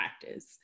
practice